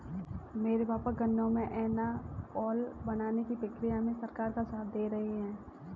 मेरे पापा गन्नों से एथानाओल बनाने की प्रक्रिया में सरकार का साथ दे रहे हैं